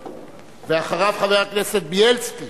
ואחריו, חבר הכנסת בילסקי,